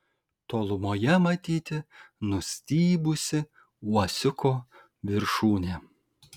tolumoje matyti nustybusi uosiuko viršūnė